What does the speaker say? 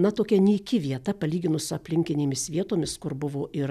na tokia nyki vieta palyginus su aplinkinėmis vietomis kur buvo ir